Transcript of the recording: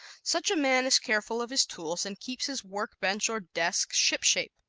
such a man is careful of his tools and keeps his work-bench or desk shipshape.